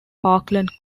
parkland